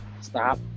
stop